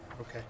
okay